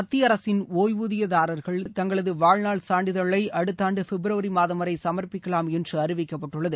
மத்திய அரசின் ஒய்வூதியதாரர்கள் தங்களது வாழ்நாள் சான்றிதழை அடுத்த ஆண்டு பிப்ரவரி மாதம் வரை சமர்ப்பிக்கலாம் என்று அறிவிக்கப்பட்டுள்ளது